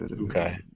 Okay